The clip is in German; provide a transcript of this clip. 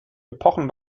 epochen